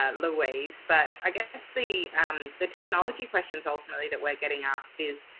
ah louise? but i guess the um the technology questions ultimately that we're getting asked is,